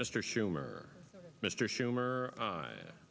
mr schumer mr schumer a